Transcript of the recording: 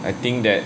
I think that